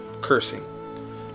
cursing